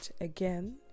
again